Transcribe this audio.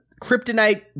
kryptonite